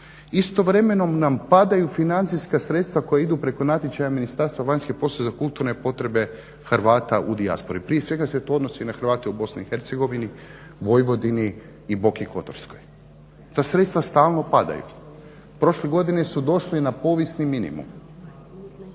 istovremeno nam padaju financijska sredstava koja idu preko natječaja Ministarstva vanjskih poslova za kulturne potrebe Hrvata u dijaspori. Prije svega se to odnosi na Hrvate u BIH, Vojvodini i Boki Kotorskoj. Ta sredstva stalno padaju. Prošle godine su došli na povijesni minimum.